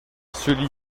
celui